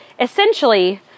essentially